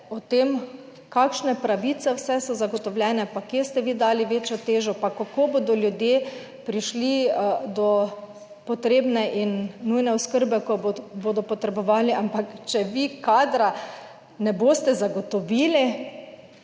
o tem kakšne pravice vse so zagotovljene, pa kje ste vi dali večjo težo, pa kako bodo ljudje prišli do potrebne in nujne oskrbe, ko bodo potrebovali, ampak če vi kadra ne boste zagotovili,